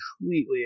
completely